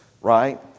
right